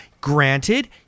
Granted